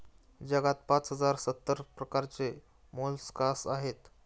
जगात पाच हजार सत्तर प्रकारचे मोलस्कास आहेत